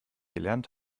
gelernt